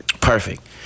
Perfect